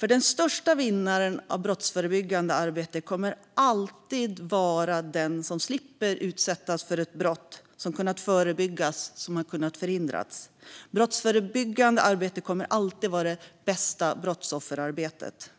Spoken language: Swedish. Den största vinnaren på brottsförebyggande arbete kommer ju alltid att vara den som slipper att utsättas för ett brott som kan förebyggas och förhindras. Brottsförebyggande arbete kommer alltid att vara det bästa brottsofferarbetet.